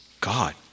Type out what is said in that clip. God